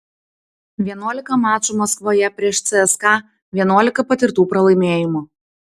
vienuolika mačų maskvoje prieš cska vienuolika patirtų pralaimėjimų